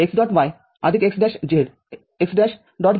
z y